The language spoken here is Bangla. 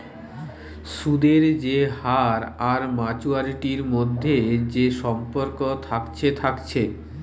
সুদের যে হার আর মাচুয়ারিটির মধ্যে যে সম্পর্ক থাকছে থাকছে